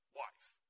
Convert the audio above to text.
wife